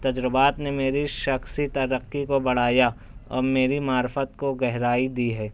تجربات نے میری شخصی ترقی کو بڑھایا اور میری معرفت کو گہرائی دی ہے